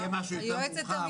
יהיה משהו יותר מורכב,